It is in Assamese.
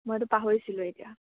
মইতো পাহৰিছিলোৱে এতিয়া